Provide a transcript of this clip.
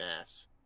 ass